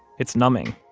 it's numbing.